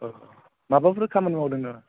अ माबाफोर खामानि मावदों नामा